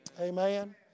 Amen